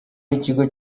n’ikigo